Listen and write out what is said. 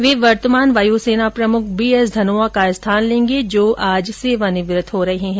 वे वर्तमान वायुसेना प्रमुख बी एस धनोआ का स्थान लेंगे जो आज सेवानिवृत्त हो रहे है